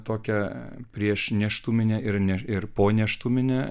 tokia prieš nėštuminę ir ir ponėštuminę